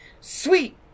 Sweet